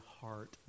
heart